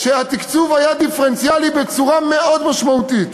התקצוב היה דיפרנציאלי בהם בצורה מאוד משמעותית.